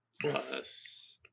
plus